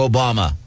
Obama